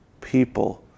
people